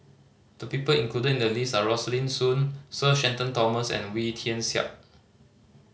the people included in the list are Rosaline Soon Sir Shenton Thomas and Wee Tian Siak